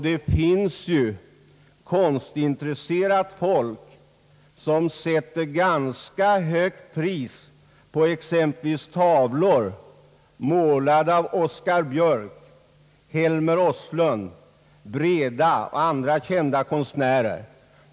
Det finns konstintresserat folk som sätter ganska högt pris på exempelvis tavlor målade av Oscar Björck, Helmer Osslund, Breda och andra kända konstnärer.